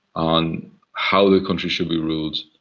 on how the country should be ruled.